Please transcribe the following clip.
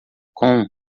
com